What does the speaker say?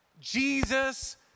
Jesus